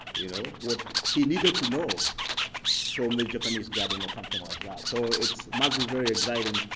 you know, what he needed to know from the japanese garden or something like that. so it must be very exciting.